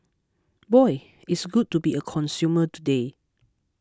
boy it's good to be a consumer today